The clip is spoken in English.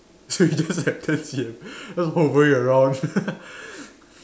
so it's just like ten C_M just hovering around